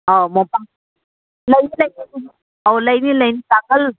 ꯑꯧ ꯃꯣꯝꯄꯥꯛ ꯂꯩ ꯂꯩ ꯑꯗꯨꯝꯕ ꯑꯧ ꯂꯩꯅꯤ ꯂꯩꯅꯤ ꯀꯥꯜꯒꯜ